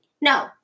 no